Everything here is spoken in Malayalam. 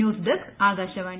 news desk Akashvani